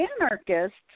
anarchists